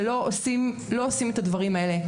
לא עושים את הדברים האלה.